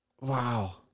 Wow